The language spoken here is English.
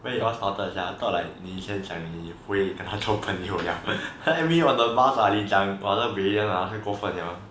when it all started sia thought like 你现讲你不会跟他做朋友了 then me on the bus I nearly jump then 那个 valen 太过份了